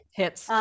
hits